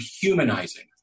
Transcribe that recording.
humanizing